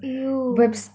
!eww!